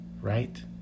Right